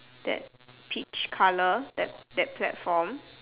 that peach colour that that platform